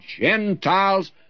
Gentiles